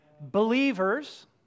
Believers